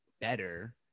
better